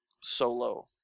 solo